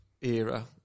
era